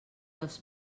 dels